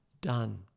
done